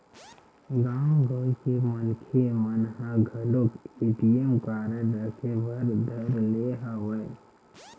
गाँव गंवई के मनखे मन ह घलोक ए.टी.एम कारड रखे बर धर ले हवय